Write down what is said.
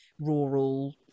rural